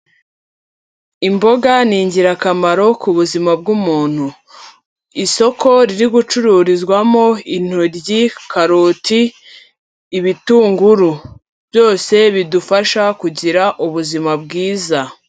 Imboga ni ingirakamaro ku buzima bw'umuntu. Isoko riri gucururizwamo intoryi, karoti, ibitunguru, byose bidufasha kugira ubuzima bwiza.